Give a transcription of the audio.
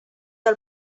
del